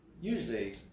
usually